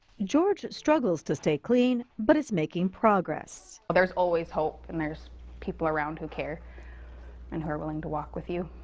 george struggles to stay clean, but is making progress. there's always hope and there's people around who care and who are willing to walk with you.